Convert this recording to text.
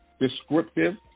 descriptive